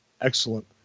excellent